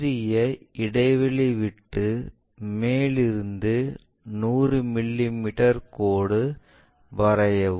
சிறிது இடைவெளி விட்டு மேலிருந்து 100 மிமீ கோடு வரையவும்